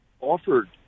offered